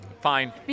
Fine